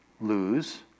lose